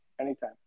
anytime